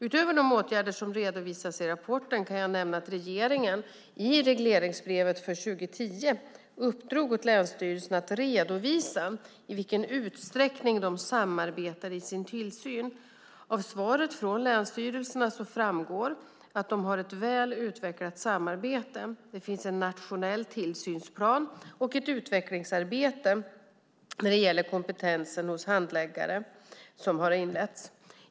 Utöver de åtgärder som redovisas i rapporten kan jag nämna att regeringen i regleringsbrevet för 2010 uppdrog åt länsstyrelserna att redovisa i vilken utsträckning de samarbetar i sin tillsyn. Av svaret från länsstyrelserna framgår att de har ett väl utvecklat samarbete. Det finns en nationell tillsynsplan, och ett utvecklingsarbete när det gäller kompetensen hos handläggarna har inletts.